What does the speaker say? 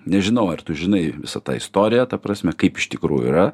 nežinau ar tu žinai visą tą istoriją ta prasme kaip iš tikrųjų yra